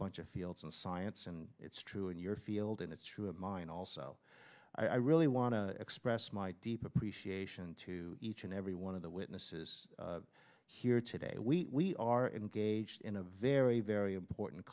bunch of fields in science and it's true in your field and it's true of mine also i really want to express my deep appreciation to each and every one of the witnesses here today we are engaged in a very very important